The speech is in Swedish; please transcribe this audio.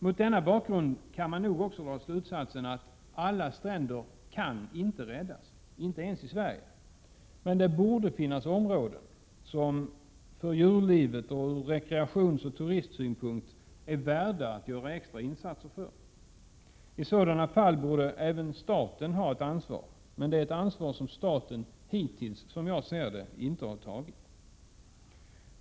Mot denna bakgrund kan man nog också dra slutsatsen att alla stränder inte kan räddas, inte ens i Sverige. Men det borde finnas områden som för djurlivet och ur rekreationsoch turistsynpunkt är värda att göra extra insatser för. I sådana fall borde även staten ha ett ansvar. Men det är ett ansvar som staten hittills, som jag ser det, inte har tagit.